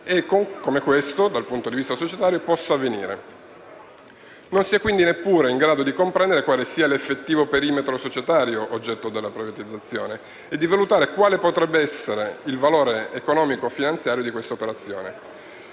e come questo, dal punto di vista societario, possa avvenire. Non si è quindi neppure in grado di comprendere quale sia l'effettivo perimetro societario oggetto della privatizzazione e di valutare quale potrebbe essere il valore economico-finanziario di questa operazione.